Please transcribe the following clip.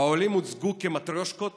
והעולים הוצגו כמטריושקות